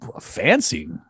fancy